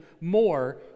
more